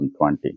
2020